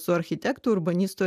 su architekto urbanisto